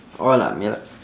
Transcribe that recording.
all ah ya lah